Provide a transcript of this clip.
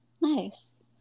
Nice